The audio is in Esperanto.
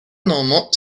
nomo